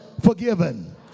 forgiven